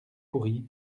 pourries